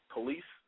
Police